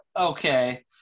Okay